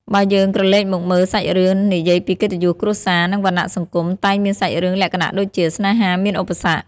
បើយើងក្រលេកមកមើល សាច់រឿង និយាយពីកិត្តិយសគ្រួសារ និងវណ្ណៈសង្គម តែងមានសាច់រឿងលក្ខណៈដូចជា ស្នេហាមានឧបសគ្គ។